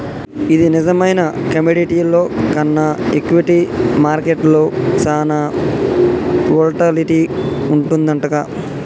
ఇది నిజమేనా కమోడిటీల్లో కన్నా ఈక్విటీ మార్కెట్లో సాన వోల్టాలిటీ వుంటదంటగా